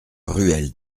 ruelle